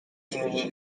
duty